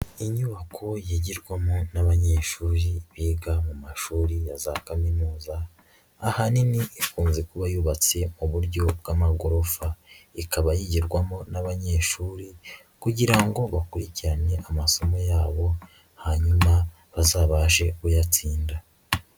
Inyubako yigirwamo n'abanyeshuri biga mu mashuri ya za kaminuza ahanini ikunze kuba yubatse mu buryo bw'amagorofa, ikaba yigirwamo n'abanyeshuri kugira ngo bakurikirane amasomo yabo hanyuma bazabashe kuyatsinda.